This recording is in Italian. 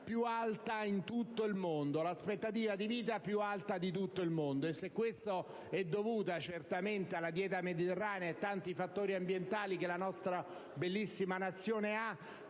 italiane hanno, con 85 anni, l'aspettativa di vita più alta di tutto il mondo. Ciò è dovuto certamente alla dieta mediterranea e a tanti fattori ambientali che la nostra bellissima Nazione ha,